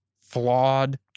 flawed